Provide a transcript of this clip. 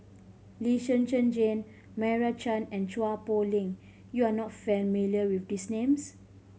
Lee Zhen Zhen Jane Meira Chand and Chua Poh Leng you are not familiar with these names